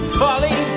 folly